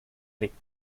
leaked